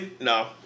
No